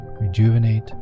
rejuvenate